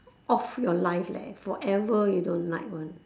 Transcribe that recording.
off your life leh forever you don't like [one]